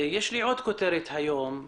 יש לי עוד כותרת היום,